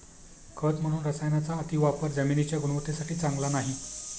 खत म्हणून रसायनांचा अतिवापर जमिनीच्या गुणवत्तेसाठी चांगला नाही